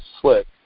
slick